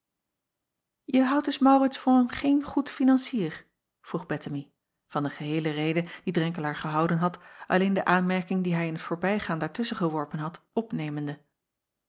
e houdt dus aurits voor geen goed financier vroeg ettemie van de geheele rede die renkelaer gehouden had alleen de aanmerking die hij in t voorbijgaan daartusschen geworpen had opnemende